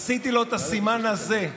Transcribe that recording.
עשיתי לו את הסימן הזה,